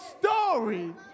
story